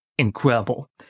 Incredible